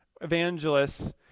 evangelists